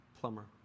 plumber